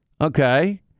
Okay